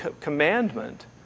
commandment